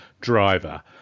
driver